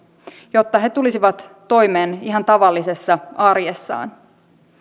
jotta he tulisivat toimeen ihan tavallisessa arjessaan